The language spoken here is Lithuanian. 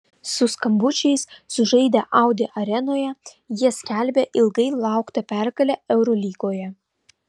su skambučiais sužaidę audi arenoje jie skelbė ilgai lauktą pergalę eurolygoje